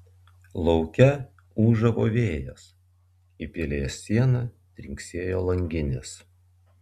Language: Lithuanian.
lauke ūžavo vėjas į pilies sieną trinksėjo langinės